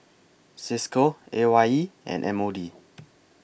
CISCO A Y E and M O D